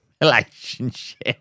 relationship